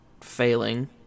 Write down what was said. failing